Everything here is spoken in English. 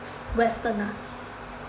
western ah